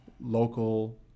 local